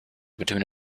between